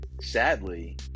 Sadly